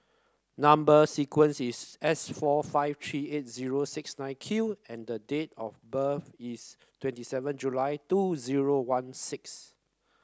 number sequence is S four five three eight zero six nine Q and the date of birth is twenty seven July two zero one six